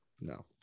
no